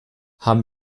haben